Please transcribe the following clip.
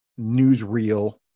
newsreel